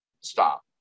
Stop